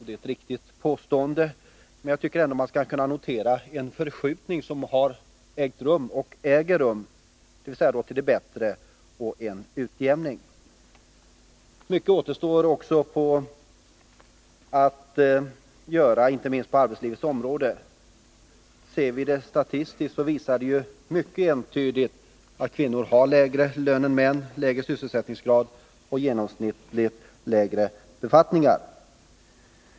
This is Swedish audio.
Det är ett riktigt påstående, men jag tycker ändå att man skall kunna notera den förskjutning som har ägt rum och fortfarande äger rum till det bättre. Mycket återstår att göra också på arbetslivets område. Ser vi det statistiskt visar det sig mycket entydigt att kvinnor har lägre lön och lägre sysselsättningsgrad än män. De har också genomsnittligt sett lägre befattningar.